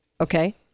Okay